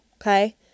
okay